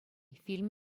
фильм